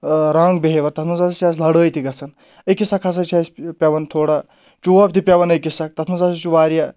wrong behaviour تَتھ منٛز ہَسا چھِ اَسہِ لڑٲے تہِ گژھان أکِس اَکھ ہَسا چھِ اَسہِ پؠوان تھوڑا چوب تہِ پؠوَان أکِس اکھ تَتھ منٛز ہسا چھُ واریاہ